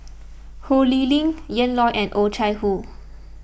Ho Lee Ling Ian Loy and Oh Chai Hoo